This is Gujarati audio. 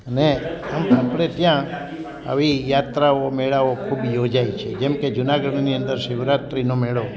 અને આમ આપણે ત્યાં આવી યાત્રાઓ મેળાઓ ખૂબ યોજાય છે જેમકે જુનાગઢની અંદર શિવરાત્રીનો મેળો